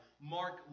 Mark